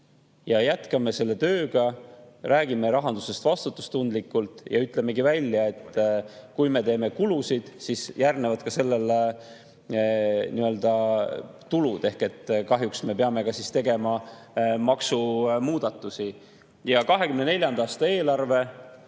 Me jätkame selle tööga, räägime rahandusest vastutustundlikult ja ütlemegi välja, et kui me teeme kulutusi, siis järgnevad sellele tulud ehk kahjuks me peame siis tegema maksumuudatusi. 2024. aasta eelarve,